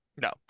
No